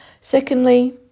Secondly